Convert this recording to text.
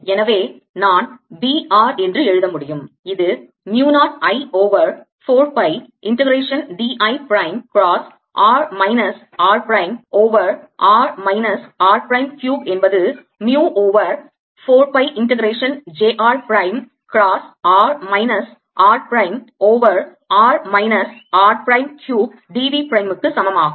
எனவே நான் B r என்று எழுத முடியும் இது mu 0 I over 4 pi integration d I prime cross r minus r prime over r minus r prime cube என்பது mu over 4 pi integration j r prime cross r minus r prime over r minus r prime cube d v prime க்கு சமமாகும்